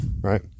right